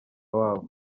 wabo